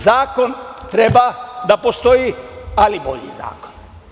Zakon treba da postoji, ali bolji zakon.